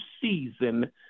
season